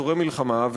אזורי מלחמה,